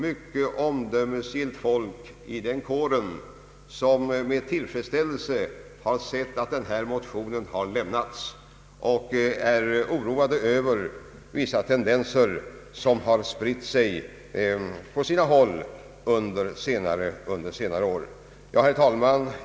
Många omdömesgilla människor i den kåren har med tillfredsställelse noterat att denna motion har lämnats. Man är oroad över vissa tendenser som på sina håll har spritt sig under senare år. Herr talman!